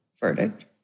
verdict